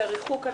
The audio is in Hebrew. זה הריחוק.